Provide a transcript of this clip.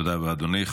תודה רבה, אדוני.